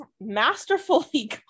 masterfully